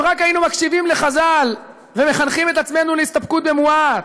אם רק היינו מקשיבים לחז"ל ומכריחים את עצמנו להסתפקות במועט,